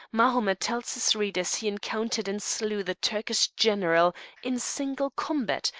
mahomet tells his readers he encountered and slew the turkish general in single combat,